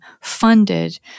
funded